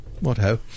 what-ho